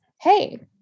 hey